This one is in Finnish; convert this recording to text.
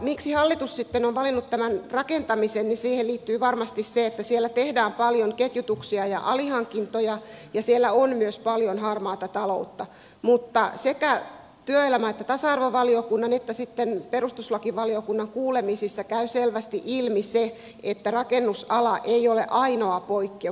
miksi hallitus sitten on valinnut tämän rakentamisen niin siihen liittyy varmasti se että siellä tehdään paljon ketjutuksia ja alihankintoja ja siellä on myös paljon harmaata taloutta mutta sekä työelämä ja tasa arvovaliokunnan että sitten perustuslakivaliokunnan kuulemisissa käy selvästi ilmi se että rakennusala ei ole ainoa poikkeus